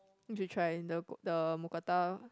you should try the the mookata lor